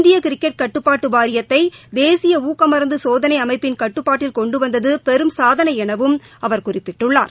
இந்திய கிரிக்கெட் கட்டுப்பாட்டு வாரியத்தை தேசிய ஊக்கமருந்து சோதனை அமைப்பின் கட்டுப்பாட்டில் கொண்டுவந்தது பெரும் சாதனை எனவும் அவர் குறிப்பிட்டுள்ளார்